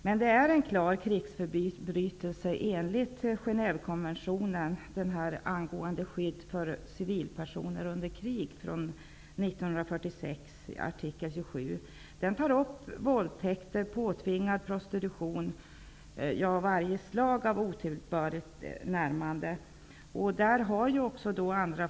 Våldtäkter är en klar krigsförbrytelse enligt Artikeln tar upp frågan om våldtäkter, påtvingad prostitution -- ja, varje slag av otillbörligt närmande.